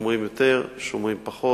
שומרים יותר, שומרים פחות.